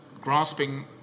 grasping